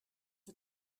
for